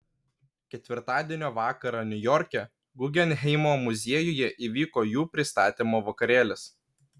ketvirtadienio vakarą niujorke guggenheimo muziejuje įvyko jų pristatymo vakarėlis